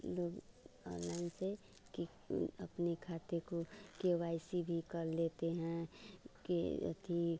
दो ऑनलाइन से की अपनी खाते को के वाई सी भी कर लेते हैं के अथी